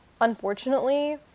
unfortunately